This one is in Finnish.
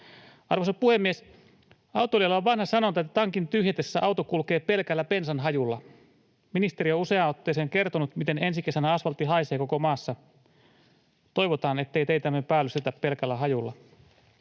Arvoisa puhemies! Autoilijoilla on vanha sanonta, että tankin tyhjentyessä auto kulkee pelkällä bensan hajulla. Ministeri on useaan otteeseen kertonut, miten ensi kesänä asfaltti haisee koko maassa. Toivotaan, ettei teitämme päällystetä pelkällä hajulla.